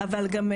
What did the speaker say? כן,